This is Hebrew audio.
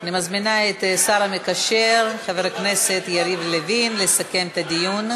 אני מזמינה את השר המקשר חבר הכנסת יריב לוין לסכם את הדיון.